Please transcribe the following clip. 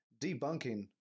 debunking